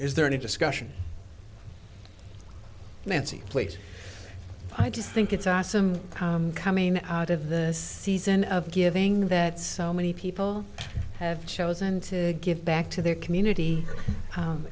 is there any discussion nancy please i just think it's awesome coming out of this season of giving that so many people have chosen to give back to their community